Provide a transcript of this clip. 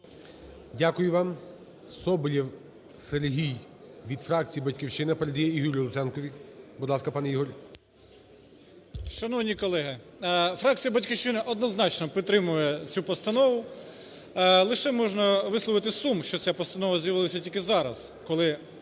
Дякую вам. Соболєв Сергій від фракції "Батьківщина" передає Ігореві Луценку. Будь ласка, пане Ігор. 16:31:36 ЛУЦЕНКО І.В. Шановні колеги! Фракція "Батьківщина" однозначно підтримує цю постанову. Лише можна висловити сум, що ця постанова з'явилася тільки зараз, коли